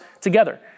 together